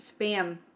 spam